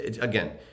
again